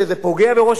זה בדיוק ההיפך.